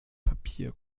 papier